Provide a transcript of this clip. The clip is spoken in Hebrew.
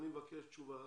אני מבקש תשובה